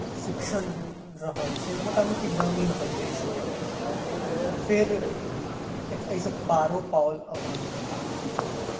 शिक्षण रहलसे मोटा मोटी ग्रामीण परिवेशमे रहल फेर एक अइसँ पारो पाओल अपन अऽ